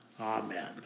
Amen